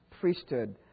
priesthood